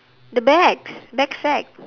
the bags bag sack